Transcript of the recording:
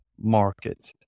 market